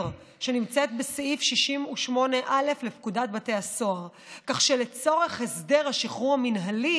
שנמצאת בסעיף 68א לפקודת בתי הסוהר כך שלצורך הסדר השחרור המינהלי